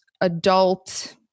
adult